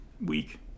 week